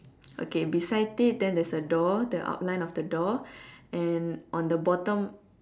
okay beside it then there's a door the outline of the door and on the bottom